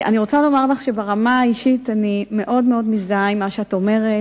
אני רוצה לומר לך שברמה האישית אני מאוד מזדהה עם מה שאת אומרת.